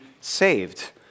saved